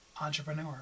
Entrepreneur